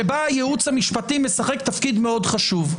שבה הייעוץ המשפטי משחק תפקיד מאוד חשוב.